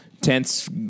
tense